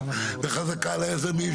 נחריג את זה מותמ"ל.